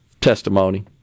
testimony